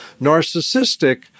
Narcissistic